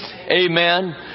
Amen